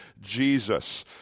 Jesus